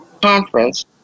conference